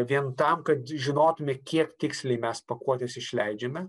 vien tam kad žinotume kiek tiksliai mes pakuotes išleidžiame